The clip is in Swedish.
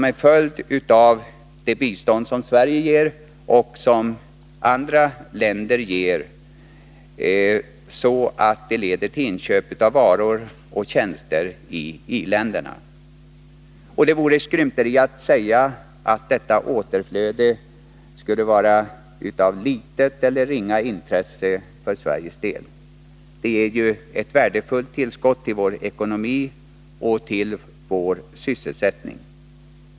En följd av det bistånd som Sverige och andra länder ger är att inköp av varor och tjänster görs i i-länderna. Det vore skrymteri att säga att detta återflöde skulle vara av ringa intresse för Sveriges vidkommande. Det ger ju ett värdefullt tillskott till vår ekonomi och till vår sysselsättning.